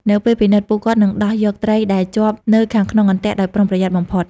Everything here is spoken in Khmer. នៅពេលពិនិត្យ ពួកគាត់នឹងដោះយកត្រីដែលជាប់នៅខាងក្នុងអន្ទាក់ដោយប្រុងប្រយ័ត្នបំផុត។